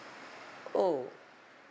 oh